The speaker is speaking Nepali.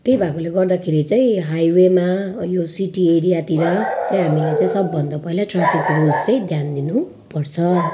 त्यही भएकोले गर्दाखेरि चाहिँ हाइवेमा अनि यो सिटी एरियातिर चाहिँ हामीले चाहिँ सबभन्दा पहिला ट्राफिक रुल्स चाहिँ ध्यान दिनुपर्छ